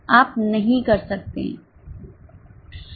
आप नहीं कर सकते